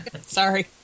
Sorry